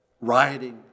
rioting